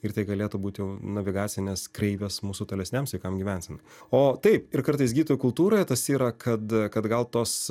ir tai galėtų būt jau navigacinės kreivės mūsų tolesniam sveikam gyvensenai o taip ir kartais gydytojai kultūroje tas yra kad kad gal tos